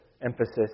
emphasis